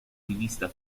rivista